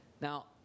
Now